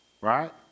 right